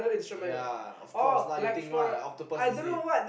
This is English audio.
ya of course lah you think what I octopus is it